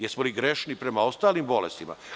Jesmo li grešni prema ostalim bolestima?